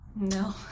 No